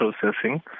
processing